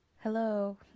hello